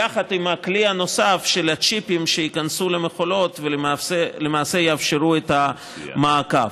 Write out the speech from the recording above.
יחד עם הכלי הנוסף של הצ'יפים שייכנסו למכולות ולמעשה יאפשרו את המעקב.